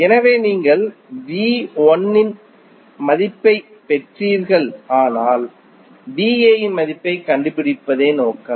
எனவே நீங்கள் V 1 இன் மதிப்பைப் பெற்றீர்கள் ஆனால் V A இன் மதிப்பைக் கண்டுபிடிப்பதே நோக்கம்